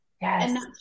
Yes